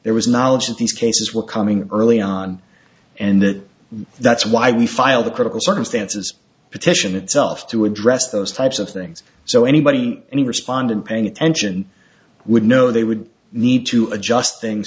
there was knowledge of these cases were coming early on and that that's why we filed the critical circumstances petition itself to address those types of things so anybody any respondent paying attention would know they would need to adjust things